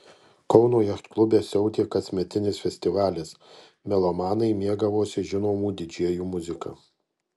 kauno jachtklube siautė kasmetinis festivalis melomanai mėgavosi žinomų didžėjų muzika